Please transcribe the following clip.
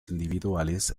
individuales